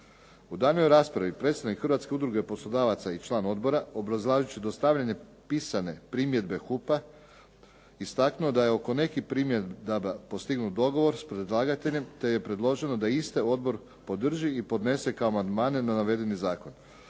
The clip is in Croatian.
U daljnjoj raspravi predstavnik Hrvatske udruge poslodavaca i član odbora obrazlažući dostavljane pisane primjedbe HUP-a istaknuo je oko nekih primjedaba postignut dogovor s predlagateljem te je predloženo da iste odbor podrži i podnese kao amandmana na navedeni zakon.